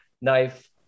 knife